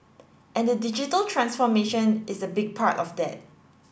and the digital transformation is a big part of that